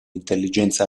intelligenza